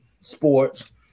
Sports